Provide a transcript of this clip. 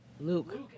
Luke